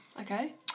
Okay